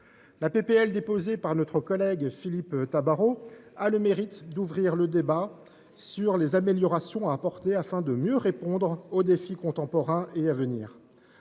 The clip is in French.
de loi déposée par notre collègue Philippe Tabarot a le mérite d’ouvrir le débat sur les améliorations à apporter afin de mieux répondre aux défis contemporains et à venir.